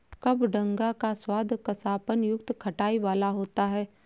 कबडंगा का स्वाद कसापन युक्त खटाई वाला होता है